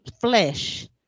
flesh